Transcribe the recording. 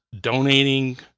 donating